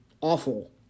awful